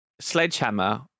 Sledgehammer